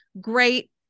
great